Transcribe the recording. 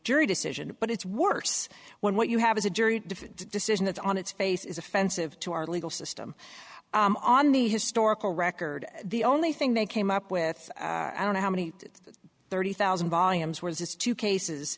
jury decision but it's worse when what you have is a jury decision that on its face is offensive to our legal system on the historical record the only thing they came up with i don't know how many thirty thousand volumes were just two cases